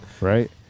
Right